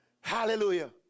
Hallelujah